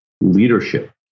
Leadership